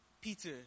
Peter